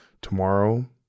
tomorrow